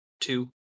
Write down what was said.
two